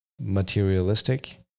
materialistic